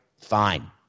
fine